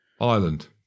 Ireland